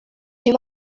you